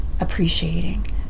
appreciating